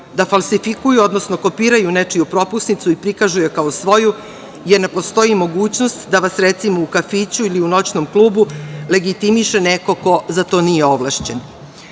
da falsifikuju, odnosno kopiraju nečiju propusnicu i prikažu je kao svoju, jer ne postoji mogućnost da vas, recimo u kafiću ili u noćnom klubu legitimiše neko ko za to nije ovlašćen. Ja